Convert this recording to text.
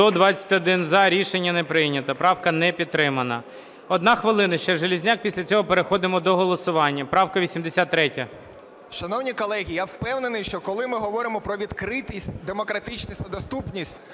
За-121 Рішення не прийнято. Правка не підтримана. Одна хвилина ще Железняк, після цього переходимо до голосування. Правка 83. 13:32:48 ЖЕЛЕЗНЯК Я.І. Шановні колеги, я впевнений, що коли ми говоримо про відкритість, демократичність та доступність,